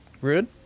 Rude